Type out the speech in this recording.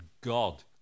God